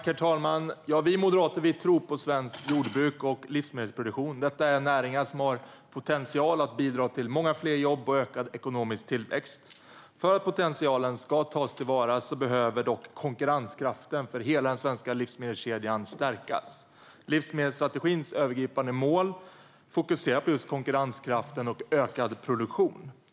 Herr talman! Vi moderater tror på svenskt jordbruk och svensk livsmedelsproduktion. Detta är näringar som har potential att bidra till många fler jobb och ökad ekonomisk tillväxt. För att potentialen ska tas till vara behöver dock konkurrenskraften för hela den svenska livsmedelskedjan stärkas. Livsmedelsstrategins övergripande mål fokuserar på just konkurrenskraften och ökad produktion.